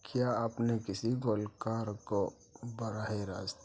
کیا آپ نے کسی گلوکار کو براہ راست